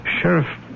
Sheriff